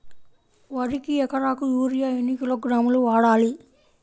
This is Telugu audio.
వరికి ఎకరాకు యూరియా ఎన్ని కిలోగ్రాములు వాడాలి?